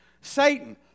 Satan